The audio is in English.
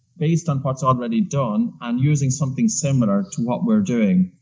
based on what's already done and using something similar to what we're doing.